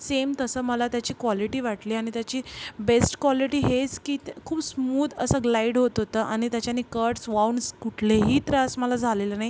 same तसं मला त्याची क्वॉलिटी वाटली आणि त्याची बेस्ट कॉलिटी हेच की ते खूप स्मूद असं ग्लाईड होत होतं आणि त्याच्याने कट्स वॉउंड्स कुठलेही त्रास मला झालेले नाही